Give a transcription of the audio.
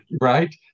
Right